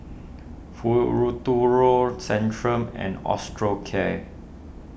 Centrum and Osteocare